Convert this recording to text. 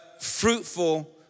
fruitful